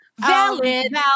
valid